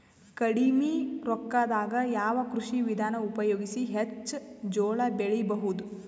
ಕಡಿಮಿ ರೊಕ್ಕದಾಗ ಯಾವ ಕೃಷಿ ವಿಧಾನ ಉಪಯೋಗಿಸಿ ಹೆಚ್ಚ ಜೋಳ ಬೆಳಿ ಬಹುದ?